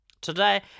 Today